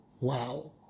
Wow